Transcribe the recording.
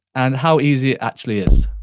and how easy it actually is.